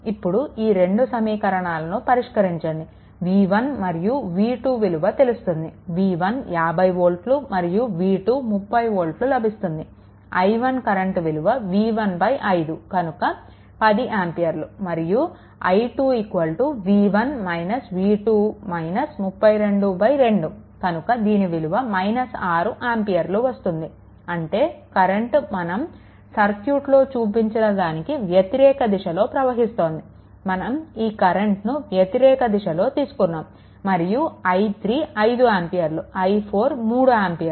ఇప్పుడు ఈ రెండు సమీకరణాలను పరిష్కరించండి v1 మరియు v2 విలువ తెలుస్తుంది v1 50 వోల్ట్లు మరియు v2 30 వోల్ట్లు లభిస్తుంది i1 కరెంట్ విలువ v15 కనుక 10 ఆంపియర్లు మరియు i2 2 కనుక దీని విలువ 6 ఆంపియర్లు వస్తుంది అంటే కరెంట్ మనం సర్క్యూట్లో చూపిన దానికి వ్యతిరేక దిశలో ప్రవహిస్తోంది మనం ఈ కరెంట్ను వ్యతిరేక దిశలో తీసుకున్నాము మరియు i3 5 ఆంపియర్లు i4 3 ఆంపియర్లు